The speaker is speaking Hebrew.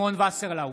וסרלאוף,